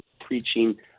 preaching